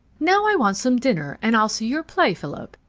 now i want some dinner, and i'll see your play, philip.